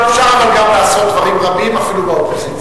אבל אפשר גם לעשות דברים רבים, אפילו באופוזיציה.